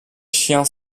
chien